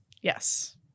Yes